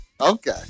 okay